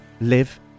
live